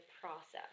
process